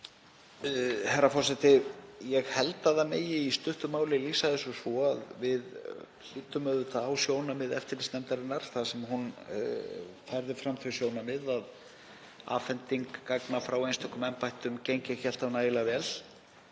Herra forseti. Ég held að það megi í stuttu máli lýsa þessu svo: Við hlýddum auðvitað á sjónarmið eftirlitsnefndarinnar en hún færði fram þau sjónarmið að afhending gagna frá einstökum embættum gengi ekki alltaf nægilega vel,